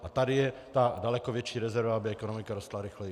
A tady je ta daleko větší rezerva, aby ekonomika rostla rychleji.